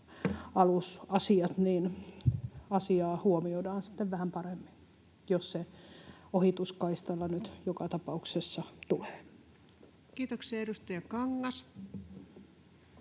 alusasiat, asia huomioidaan vähän paremmin, jos se ohituskaistalla nyt joka tapauksessa tulee. Kiitoksia. — Edustaja Kangas.